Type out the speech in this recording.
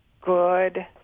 Good